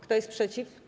Kto jest przeciw?